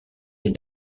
est